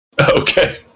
okay